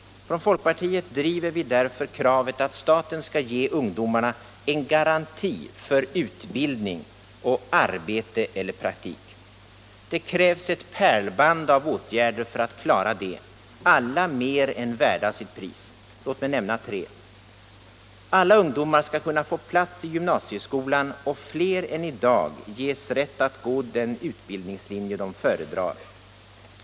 Från folkpartiet driver vi därför kravet, att staten skall ge ungdomarna en garanti för utbildning och arbete eller praktik. Det krävs ett pärlband av åtgärder för att klara det — alla mer än värda sitt pris. Låt mig nämna tre. Alla ungdomar skall kunna få plats i gymnasieskolan och fler än i dag ges rätt att gå den utbildningslinje de föredrar.